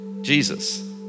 Jesus